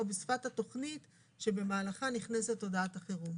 או בשפת התוכנית שבמהלכה נכנסת הודעת החירום?